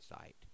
site